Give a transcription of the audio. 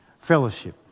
Fellowship